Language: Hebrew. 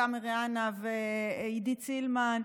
אבתיסאם מראענה ועידית סילמן,